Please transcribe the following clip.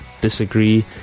disagree